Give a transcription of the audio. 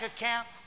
account